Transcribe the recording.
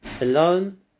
alone